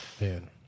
Man